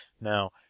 Now